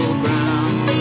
ground